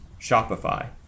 Shopify